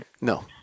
No